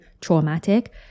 traumatic